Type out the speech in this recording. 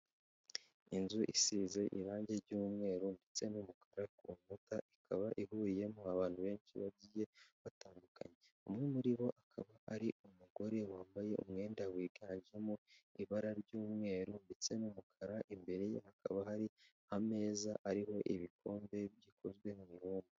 Inzu isize irangi ry'umweru ndetse n'umukara ku nkuta. Ikaba ihuriyemo abantu benshi bagiye batandukanye umwe muri bo akaba ari umugore wambaye umwenda wiganjemo ibara ry'umweru ndetse n'umukara, imbere ye hakaba hari ameza ariho ibikombe bikozwe n'umuroma.